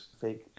fake